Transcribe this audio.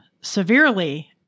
severely